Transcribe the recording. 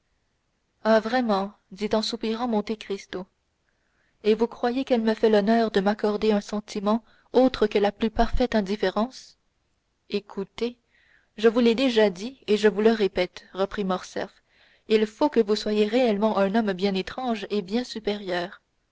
ah vraiment dit en soupirant monte cristo et vous croyez qu'elle me fait l'honneur de m'accorder un sentiment autre que la plus parfaite indifférence écoutez je vous l'ai déjà dit et je vous le répète reprit morcerf il faut que vous soyez réellement un homme bien étrange et bien supérieur